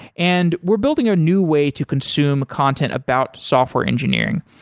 and we're building a new way to consume content about software engineering.